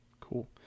Cool